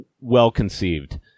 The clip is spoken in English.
well-conceived